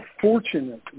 fortunate